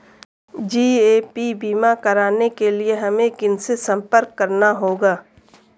GAP बीमा कराने के लिए हमें किनसे संपर्क करना होगा?